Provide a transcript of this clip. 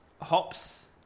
hops